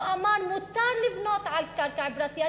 הוא אמר: מותר לבנות על קרקע פרטית.